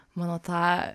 mano tą